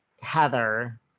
Heather